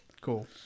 cool